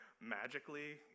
magically